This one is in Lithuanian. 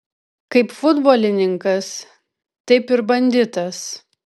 kaip futbolininkas taip ir banditas